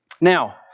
Now